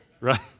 right